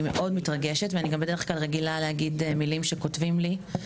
אני מאוד מתרגשת ואני בדרך כלל רגילה להגיד מילים שכותבים לי,